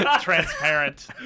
transparent